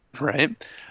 Right